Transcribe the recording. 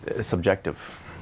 subjective